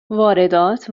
واردات